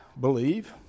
believe